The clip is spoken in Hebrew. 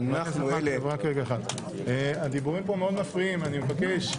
שאנחנו בחרנו לא להשתלב במערכת הדמוקרטית שיש פה ובוועדות עצמן,